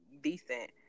decent